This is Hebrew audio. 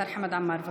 השר חמד עמאר.